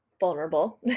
vulnerable